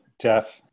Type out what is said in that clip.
Jeff